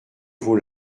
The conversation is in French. vos